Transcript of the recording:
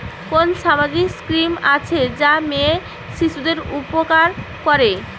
কোন সামাজিক স্কিম আছে যা মেয়ে শিশুদের উপকার করে?